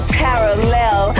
parallel